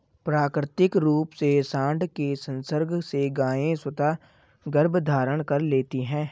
प्राकृतिक रूप से साँड के संसर्ग से गायें स्वतः गर्भधारण कर लेती हैं